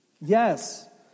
Yes